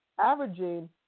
averaging